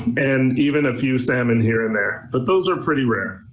and even a few salmon here and there. but those are pretty rare.